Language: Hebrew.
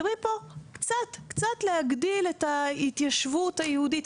מדברים פה על להגדיל קצת את ההתיישבות היהודית,